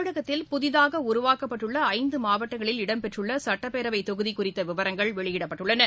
தமிழகத்தில் புதிதாக உருவாக்கப்பட்டுள்ள ஐந்து மாவட்டங்களில் இடம்பெற்றுள்ள சட்டப்பேரவைத் தொகுதி குறித்த விவரங்கள் வெளியிடப்பட்டுள்ளன